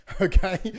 okay